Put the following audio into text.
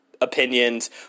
opinions